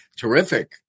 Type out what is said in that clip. Terrific